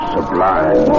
Sublime